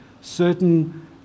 certain